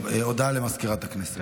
הודעה לסגנית מזכיר הכנסת.